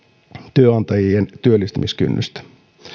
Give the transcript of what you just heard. työnantajien työllistämiskynnystä